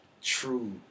True